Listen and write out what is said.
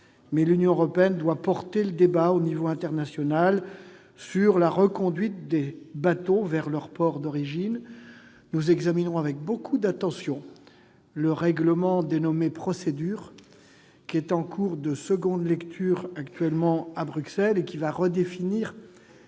mais l'Union européenne doit porter le débat au niveau international sur la reconduite des bateaux vers leur port d'origine. Nous examinerons avec beaucoup d'attention la directive Procédures, qui est en cours de seconde lecture à Bruxelles, et qui va redéfinir